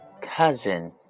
cousin